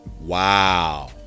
Wow